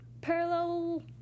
parallel